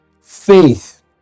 Faith